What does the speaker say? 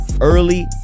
early